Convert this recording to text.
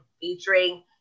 featuring